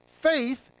faith